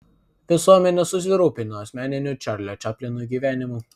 visuomenė susirūpino asmeniniu čarlio čaplino gyvenimu